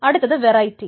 അടുത്തത് വെറൈറ്റി